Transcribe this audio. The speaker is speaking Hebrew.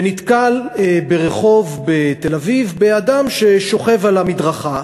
שנתקל ברחוב בתל-אביב באדם ששוכב על המדרכה.